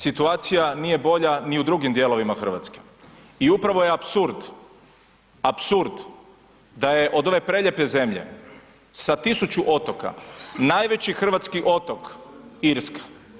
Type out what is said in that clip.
Situacija nije bolja ni u drugim dijelovima Hrvatske i upravo je apsurd apsurda da je od ove prelijepe zemlje, sa 1000 otoka, najveći hrvatski otok, Irska.